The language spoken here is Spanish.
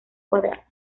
cuadradas